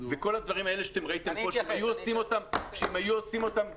וכל הדברים האלה שראיתם פה שאם היו עושים אותם ---.